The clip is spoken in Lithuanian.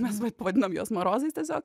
mes vadinom juos marozais tiesiog